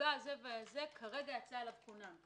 המפגע הזה והזה - כרגע יצא אליו כונן.